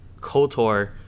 kotor